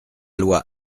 loi